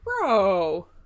Bro